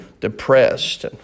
depressed